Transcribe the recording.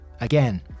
Again